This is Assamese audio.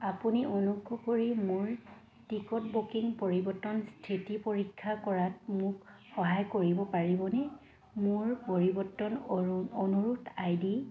আপুনি অনুগ্ৰহ কৰি মোৰ টিকট বুকিং পৰিৱৰ্তনৰ স্থিতি পৰীক্ষা কৰাত মোক সহায় কৰিব পাৰিবনে মোৰ পৰিৱৰ্তন অনুৰোধ আই ডি